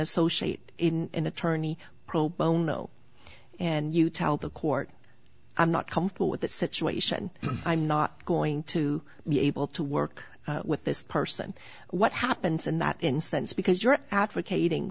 associate in attorney pro bono and you tell the court i'm not comfortable with the situation i'm not going to be able to work with this person what happens in that instance because you're advocating